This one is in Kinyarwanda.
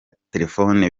telefone